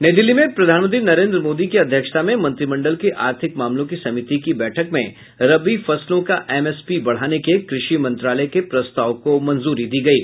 नई दिल्ली में प्रधानमंत्री नरेन्द्र मोदी की अध्यक्षता में मंत्रिमंडल के आर्थक मामलों की समिति की बैठक में रबी फसलों का एमएसपी बढाने के कृषि मंत्रालय के प्रस्ताव को मंजूरी दी गयी